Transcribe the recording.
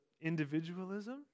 individualism